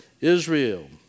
Israel